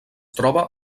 troba